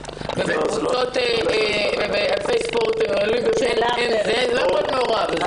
ובענפי ספורט אולימפיים אין תחרויות מעורבות,